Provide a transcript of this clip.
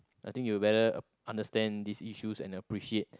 I think you better understand these issues and appreciate